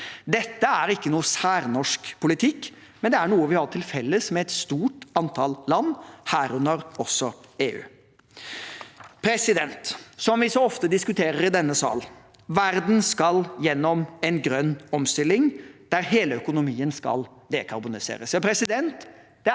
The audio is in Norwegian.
Dette er ikke noen særnorsk politikk, men noe vi har til felles med et stort antall land, herunder også EU. Som vi så ofte diskuterer i denne sal – verden skal gjennom en grønn omstilling, der hele økonomien skal dekarboniseres.